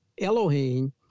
Elohim